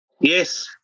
Yes